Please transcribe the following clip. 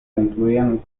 incluyen